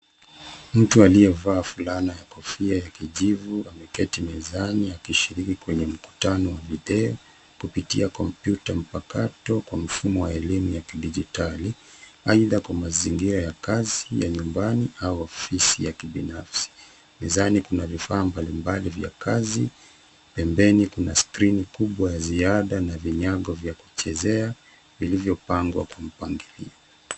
Mtu aliyevaa fulana ya kofia ya kijivu ameketi mezani akishiriki kwenye mkutano wa video, kupitia kompyuta mpakato kwa mfumo wa elimu ya kidijitali, aidha kwa mazingira ya kazi, ya nyumbani au ofisi ya kibinafsi. Mezani kuna vifaa mbalimbali vya kazi, pembeni kuna skrini kubwa ya ziada na vinyago vya kuchezea vilivyopangwa kwa mpango.